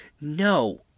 No